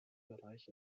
bereich